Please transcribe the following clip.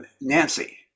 Nancy